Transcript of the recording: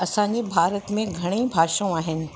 असांजे भारत में घणईं भाषाऊं आहिनि